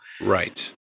Right